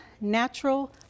natural